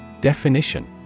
Definition